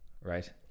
right